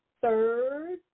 third